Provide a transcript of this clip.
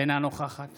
אינה נוכחת